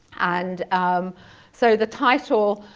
and so the title